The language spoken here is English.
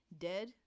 Dead